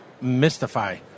mystify